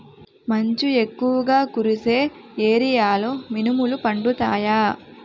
మంచు ఎక్కువుగా కురిసే ఏరియాలో మినుములు పండుతాయా?